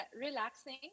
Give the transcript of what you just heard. relaxing